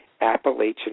Appalachian